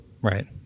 right